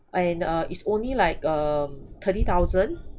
and uh it's only like um thirty thousand